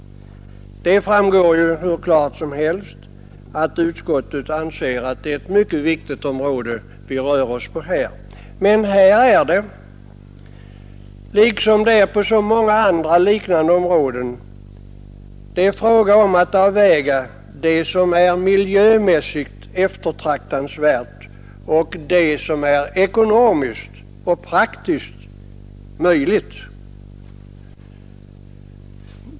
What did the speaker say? Det framgår ju fullständigt klart att utskottet anser att det är ett mycket viktigt område vi här rör oss på. Det gäller emellertid här liksom på så många andra liknande områden att avväga mellan det som är miljömässigt eftertraktansvärt och det som är ekonomiskt och praktiskt möjligt.